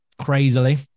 crazily